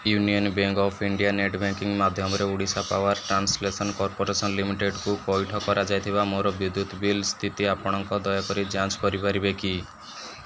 union bank of India net banking ମାଧ୍ୟମରେ Odisha power transmission corporation ଲିମିଟେଡ଼୍କୁ ପଇଠ କରାଯାଇଥିବା ମୋର ବିଦ୍ୟୁତ୍ ବିଲ୍ ସ୍ଥିତି ଆପଣ ଦୟାକରି ଯାଞ୍ଚ କରିପାରିବେ କି